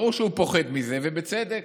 ברור שהוא פוחד מזה, ובצדק.